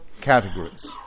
categories